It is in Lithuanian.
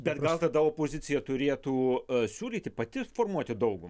bet gal tada opozicija turėtų siūlyti pati formuoti daugumą